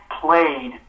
played